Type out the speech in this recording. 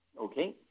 Okay